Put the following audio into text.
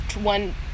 One